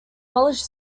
polish